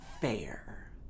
fair